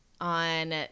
on